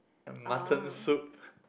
and mutton soup